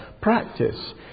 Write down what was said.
practice